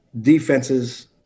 defenses